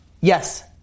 Yes